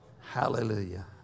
Hallelujah